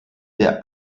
der